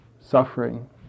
suffering